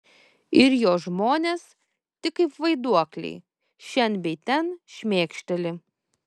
ir jo žmonės tik kaip vaiduokliai šen bei ten šmėkšteli